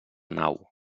nau